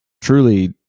Truly